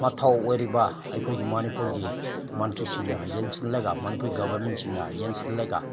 ꯃꯊꯧ ꯑꯣꯏꯔꯤꯕ ꯑꯩꯈꯣꯏꯒꯤ ꯃꯅꯤꯄꯨꯔꯒꯤ ꯃꯟꯇ꯭ꯔꯤꯁꯤꯡꯅ ꯌꯦꯡꯁꯤꯜꯂꯒ ꯃꯅꯤꯄꯨꯔ ꯒꯣꯕꯔꯃꯦꯟꯁꯤꯅ ꯌꯦꯡꯁꯤꯜꯂꯒ